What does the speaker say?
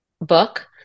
book